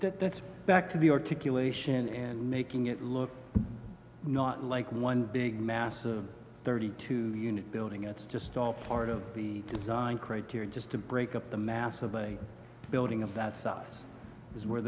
that that's back to the articulation and making it look not like one big mass of thirty two unit building it's just all part of the design criteria just to break up the mass of a building of that size is where